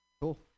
cool